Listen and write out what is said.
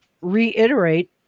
reiterate